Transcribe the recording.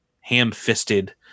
ham-fisted